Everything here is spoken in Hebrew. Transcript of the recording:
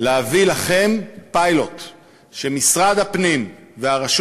להביא לכם פיילוט שמשרד הפנים והרשות